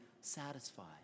satisfied